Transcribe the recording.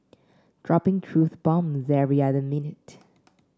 dropping truth bombs every other minute